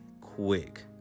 quick